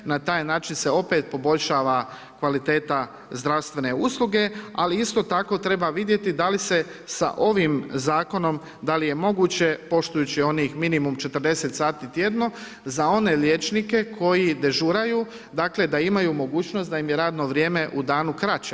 Na taj način se opet poboljšava kvaliteta zdravstvene usluge, ali isto tako treba vidjeti, da li se sa ovim zakonom, da li je moguće, poštujući onih minimum 40 sati tjedno, za one liječnike, koji dežuraju, dakle, da imaju mogućnost da im je radno vrijeme u danu kraće.